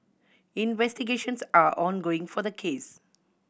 investigations are ongoing for the case